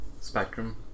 spectrum